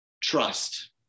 trust